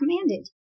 commanded